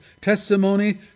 testimony